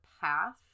path